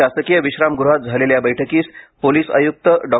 शासकीय विश्रामग्रहात झालेल्या या बैठकीस पोलीस आयुक्त डॉ